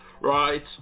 Right